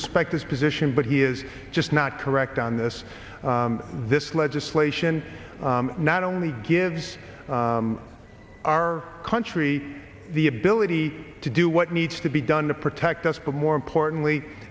respect this position but he is just not correct on this this legislation not only lives our country the ability to do what needs to be done to protect us but more importantly